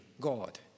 God